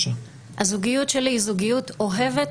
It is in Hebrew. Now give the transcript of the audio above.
הזוגיות שלי היא זוגיות אוהבת,